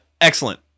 excellent